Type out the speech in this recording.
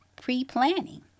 pre-planning